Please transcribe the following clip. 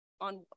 on